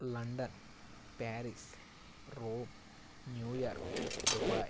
London Paris Rome New York Dubai